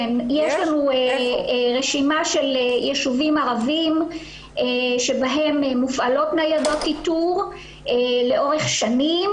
יש לנו רשימה של יישובים ערביים שבהם מופעלות ניידות איתור לאורך שנים.